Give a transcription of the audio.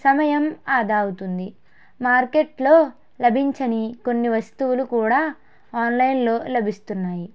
సమయం ఆదా అవుతుంది మార్కెట్లో లభించని కొన్ని వస్తువులు కూడా ఆన్లైన్లో లభిస్తున్నాయి